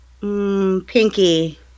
Pinky